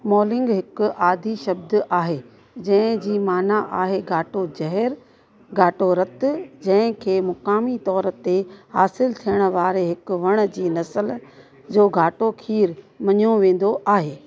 moulding हिकु आदि शब्दु आहे जंहिंजी माना आहे घाटो ज़हरु या व रतु जंहिंंखे मुक़ामी तौर ते हासिलु थियणु वारे हिकु वण जी नसुल जो घाटो खीरु मञियो वेंदो आहे